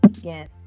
Yes